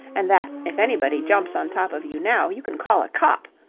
and that, if anybody jumps on top of you now, you can call a cop.